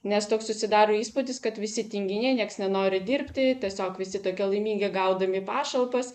nes toks susidaro įspūdis kad visi tinginiai nieks nenori dirbti tiesiog visi tokie laimingi gaudami pašalpas